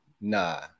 nah